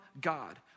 God